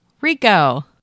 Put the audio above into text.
Rico